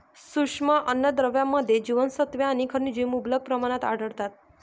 सूक्ष्म अन्नद्रव्यांमध्ये जीवनसत्त्वे आणि खनिजे मुबलक प्रमाणात आढळतात